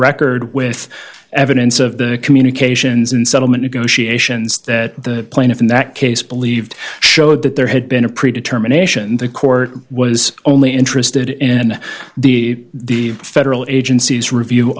record with evidence of the communications in settlement negotiations that the plaintiff in that case believed showed that there had been a pre determination the court was only interested in the the federal agencies review